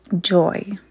joy